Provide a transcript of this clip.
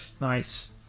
Nice